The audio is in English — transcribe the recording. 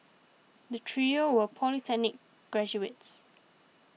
the trio were polytechnic graduates